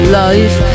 life